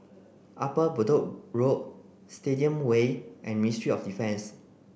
Upper Bedok Road Stadium Way and Ministry of Defence